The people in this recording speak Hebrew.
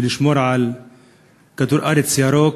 לשמור על כדור ארץ ירוק,